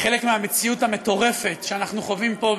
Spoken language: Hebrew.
כחלק מהמציאות המטורפת שאנחנו חווים פה,